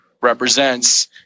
represents